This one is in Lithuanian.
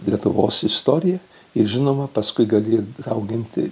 lietuvos istorija ir žinoma paskui gali dauginti